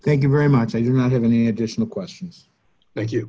thank you very much i do not have any additional questions thank